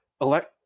elect